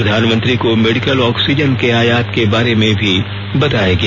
प्रधानमंत्री को medical oxygen के आयात के बारे में भी बताया गया